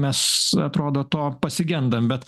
mes atrodo to pasigendam bet